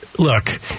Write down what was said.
Look